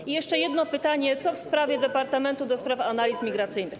I jeszcze jedno pytanie: Co w sprawie departamentu do spraw analiz migracyjnych?